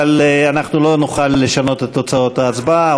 אבל אנחנו לא נוכל לשנות את תוצאות ההצבעה.